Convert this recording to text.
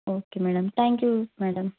okay madam thank you madam